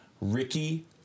Ricky